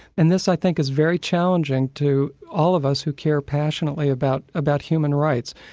and this i think is very challenging to all of us who care passionately about about human rights.